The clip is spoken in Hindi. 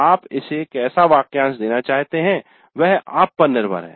आप इसे कैसा वाक्यांश देना चाहते हैं वह आप पर निर्भर है